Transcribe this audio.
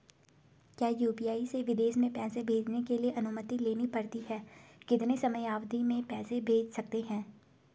क्या यु.पी.आई से विदेश में पैसे भेजने के लिए अनुमति लेनी पड़ती है कितने समयावधि में पैसे भेज सकते हैं?